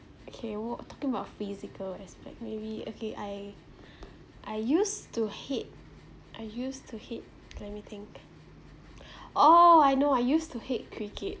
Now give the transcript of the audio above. okay we're talking about physical aspect maybe okay I I used to hate I used to hate let me think oh I know I used to hate cricket